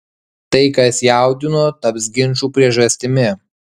tai kas jaudino taps ginčų priežastimi